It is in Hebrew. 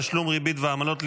תשלום ריבית ועמלות,